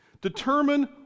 Determine